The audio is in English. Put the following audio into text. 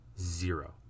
Zero